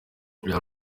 yari